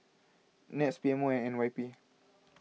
NETS P M O and N Y P